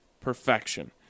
Perfection